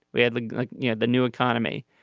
we had like like you know the new economy.